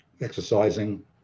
exercising